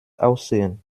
aussehen